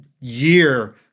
year